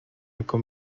eco